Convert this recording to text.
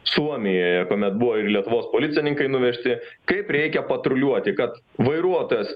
suomijoje kuomet buvo ir lietuvos policininkai nuvežti kaip reikia patruliuoti kad vairuotojas